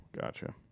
gotcha